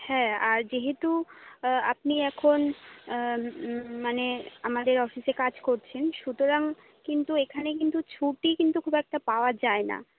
হ্যাঁ আর যেহেতু আপনি এখন মানে আমাদের অফিসে কাজ করছেন সুতরাং কিন্তু এখানে কিন্তু ছুটি কিন্তু খুব একটা পাওয়া যায় না